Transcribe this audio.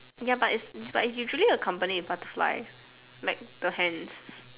ya but it's but it's usually accompanied with butterfly like the hands